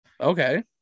Okay